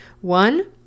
one